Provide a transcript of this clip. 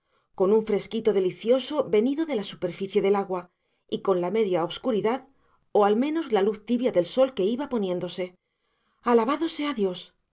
con un fresquito delicioso venido de la superficie del agua y con la media obscuridad o al menos la luz tibia del sol que iba poniéndose alabado sea dios